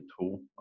tool